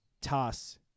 Toss